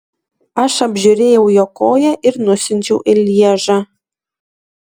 aš apžiūrėjau jo koją ir nusiunčiau į lježą